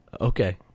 Okay